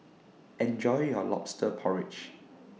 Enjoy your Lobster Porridge